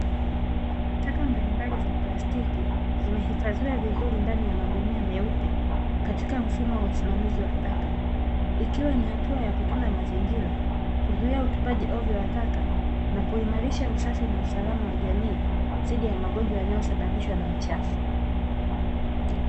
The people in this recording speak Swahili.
Taka mbalimbali za plastiki zimehifadhiwa vizuri ndani ya magunia meupe katika mfumo wa usimamizi wa taka ikiwa ni hatua ya kutunza mazingira, kuzuia utupaji ovyo wa taka na kuimarisha usafi na usalama wa jamii dhidi ya magonjwa yanayosababishwa na uchafu .